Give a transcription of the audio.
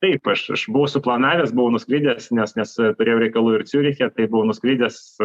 taip aš aš buvau suplanavęs buvau nuskridęs nes nes turėjau reikalų ir ciuriche tai buvau nuskridęs